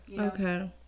Okay